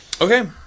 Okay